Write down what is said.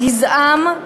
גזעם,